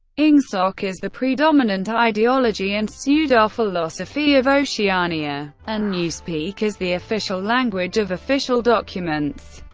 ingsoc is the predominant ideology and pseudophilosophy of oceania, and newspeak is the official language of official documents.